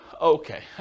Okay